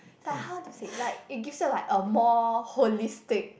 is like how to say like it give you like a more holistic